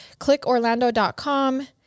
ClickOrlando.com